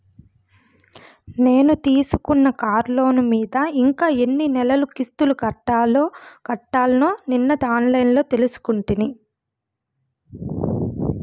నేను తీసుకున్న కార్లోను మీద ఇంకా ఎన్ని నెలలు కిస్తులు కట్టాల్నో నిన్న ఆన్లైన్లో తెలుసుకుంటి